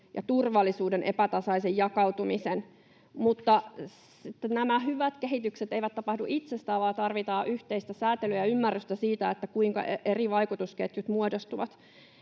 ja turvallisuuden epätasaisen jakautumisen. Mutta nämä hyvät kehitykset eivät tapahdu itsestään, vaan tarvitaan yhteistä sääntelyä ja ymmärrystä siitä, kuinka eri vaikutusketjut muodostuvat.